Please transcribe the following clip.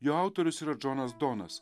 jo autorius yra džonas donas